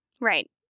right